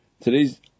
Today's